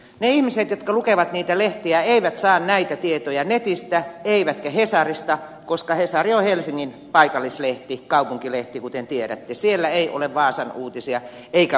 ne ihmiset jotka lukevat niitä lehtiä eivät saa näitä tietoja netistä eivätkä hesarista koska hesari on helsingin paikallislehti kaupunkilehti kuten tiedätte siellä ei ole vaasan uutisia eikä utsjoen uutisia